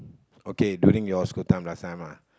okay during your school time last time ah